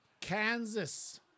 Kansas